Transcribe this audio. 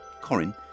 Corin